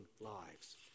lives